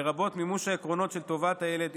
לרבות מימוש העקרונות של טובת הילד,